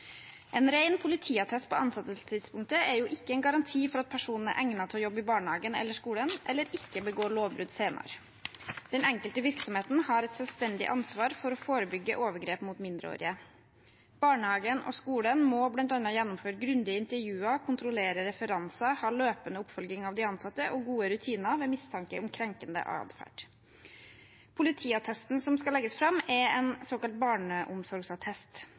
En ren politiattest på ansettelsestidspunktet er jo ikke en garanti for at personen er egnet til å jobbe i barnehagen eller skolen, eller ikke begår lovbrudd senere. Den enkelte virksomheten har et selvstendig ansvar for å forebygge overgrep mot mindreårige. Barnehagen og skolen må bl.a. gjennomføre grundige intervjuer, kontrollere referanser, ha løpende oppfølging av de ansatte og gode rutiner ved mistanke om krenkende atferd. Politiattesten som skal legges fram, er en såkalt barneomsorgsattest.